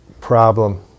problem